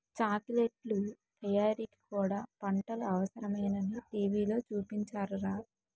చాకిలెట్లు తయారీకి కూడా పంటలు అవసరమేనని టీ.వి లో చూపించారురా